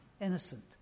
innocent